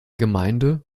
gemeinde